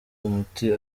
umuti